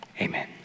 Amen